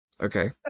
okay